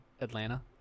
Atlanta